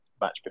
match